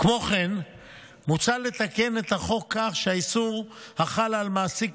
כמו כן מוצע לתקן את החוק כך שהאיסור החל על מעסיק